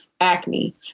acne